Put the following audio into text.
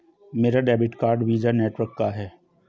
मेरा debit card Visa network का है